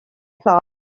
plaza